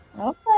Okay